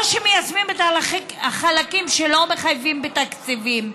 או שמיישמים את החלקים שלא מחייבים בתקציבים?